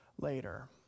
later